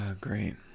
Great